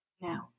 No